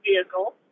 vehicle